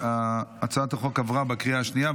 הצעת החוק עברה בקריאה השנייה.